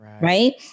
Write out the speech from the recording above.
Right